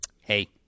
hey